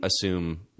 assume